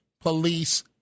police